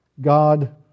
God